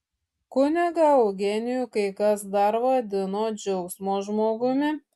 kunigą eugenijų kai kas dar vadino džiaugsmo žmogumi